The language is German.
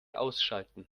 ausschalten